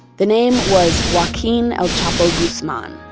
the name was joaquin el chapo guzman,